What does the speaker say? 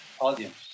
audience